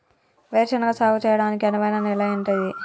వేరు శనగ సాగు చేయడానికి అనువైన నేల ఏంటిది?